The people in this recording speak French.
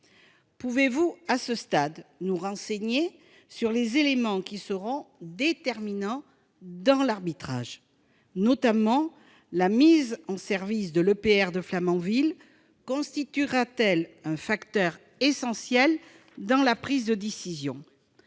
pouvez-vous nous renseigner sur les éléments qui seront déterminants dans cet arbitrage ? En particulier, la mise en service de l'EPR de Flamanville constituera-t-elle un facteur essentiel dans la prise de décision ?